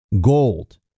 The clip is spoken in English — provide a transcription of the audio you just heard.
Gold